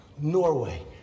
Norway